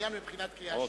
לעניין מבחינת קריאה שלישית.